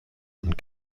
und